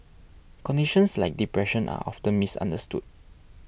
conditions like depression are often misunderstood